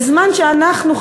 בזמן שאנחנו,